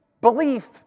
Belief